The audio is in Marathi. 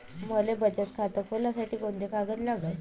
मले बचत खातं खोलासाठी कोंते कागद लागन?